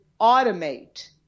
automate